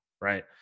right